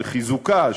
של חיזוקה,